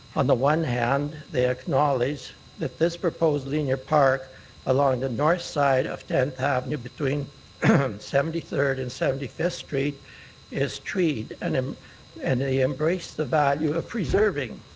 on the one hand they acknowledge that this proposed linear park along the north side of tenth avenue between seventy third and seventy fifth street is treed and um and they embrace the value of preserving